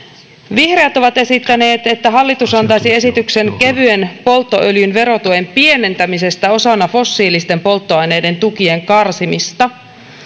vihreät ovat esittäneet että hallitus antaisi esityksen kevyen polttoöljyn verotuen pienentämisestä osana fossiilisten polttoaineiden tukien karsimista